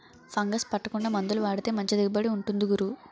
fungus పట్టకుండా మందులు వాడితే మంచి దిగుబడి ఉంటుంది గురూ